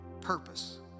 purpose